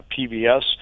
PBS